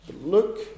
Look